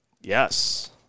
Yes